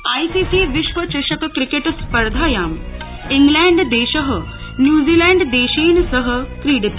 ICC विश्व चषक cricket स्पर्धायां इंग्लैण्ड देश न्यूजीलैण्डदेशेन सह क्रीडति